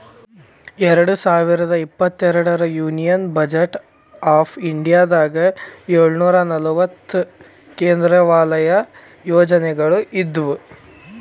ಎರಡ್ ಸಾವಿರದ ಇಪ್ಪತ್ತೆರಡರ ಯೂನಿಯನ್ ಬಜೆಟ್ ಆಫ್ ಇಂಡಿಯಾದಾಗ ಏಳುನೂರ ನಲವತ್ತ ಕೇಂದ್ರ ವಲಯ ಯೋಜನೆಗಳ ಇದ್ವು